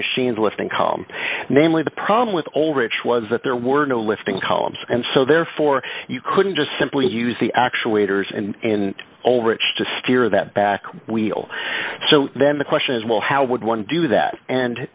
machines with income namely the problem with all rich was that there were no lifting columns and so therefore you couldn't just simply use the actuators and and all rich to steer that back wheel so then the question is well how would one do that and